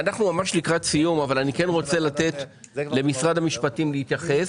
אנחנו ממש לקראת סיום אבל אני כן רוצה לתת למשרד המשפטים להתייחס